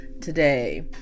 today